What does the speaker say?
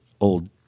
old